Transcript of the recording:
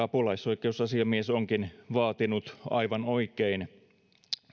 apulaisoikeusasiamies onkin vaatinut aivan oikein